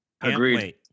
Agreed